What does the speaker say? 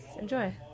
enjoy